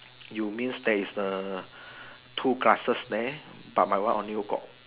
you means there is a two glasses there but my one only got